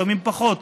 לפעמים פחות,